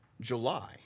july